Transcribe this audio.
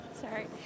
Sorry